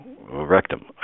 rectum